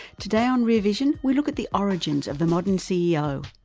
today on rear vision we look at the origins of the modern ceo,